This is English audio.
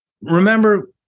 remember